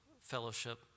fellowship